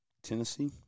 Tennessee